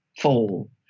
fall